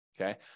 Okay